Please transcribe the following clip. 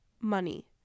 money